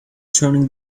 turning